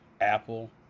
Apple